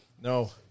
no